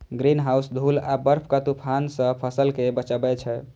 greenhouse धूल आ बर्फक तूफान सं फसल कें बचबै छै